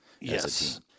Yes